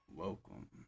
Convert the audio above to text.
Welcome